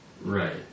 Right